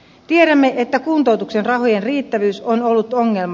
tiedämme että kuntoutuksen rahojen riittävyys on ollut ongelma